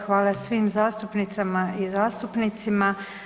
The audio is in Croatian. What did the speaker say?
Hvala svim zastupnicama i zastupnicima.